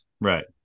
Right